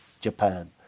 Japan